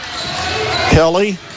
Kelly